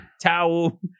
towel